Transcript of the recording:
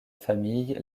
famille